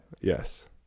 Yes